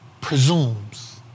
presumes